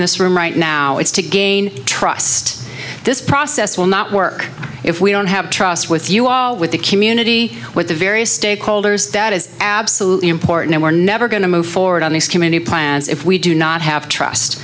this room right now it's to gain trust this process will not work if we don't have trust with you all with the community with the various stakeholders that is absolutely important and we're never going to move forward on these commenee plans if we do not have trust